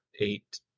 eight